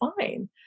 fine